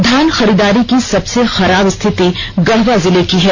धान खरीददारी की सबसे खराब स्थिति गढ़वा जिले की है